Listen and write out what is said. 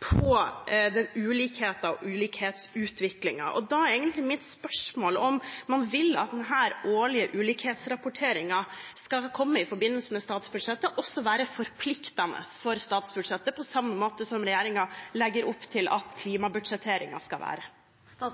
og ulikhetsutvikling. Da er egentlig mitt spørsmål om man vil at denne årlige ulikhetsrapporteringen skal komme i forbindelse med statsbudsjettet og også være forpliktende for statsbudsjettet på samme måte som regjeringen legger opp til at klimabudsjetteringen skal være. La